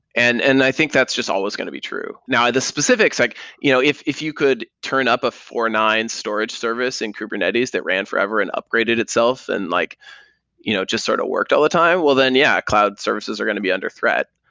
and and i think that's just always going to be true. now, the specifics, like you know if if you could turn up a four nine storage service in kubernetes that ran forever and upgraded itself and like you know just sort of worked all the time. well then, yeah, cloud services are going to be under threat.